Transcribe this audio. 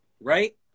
right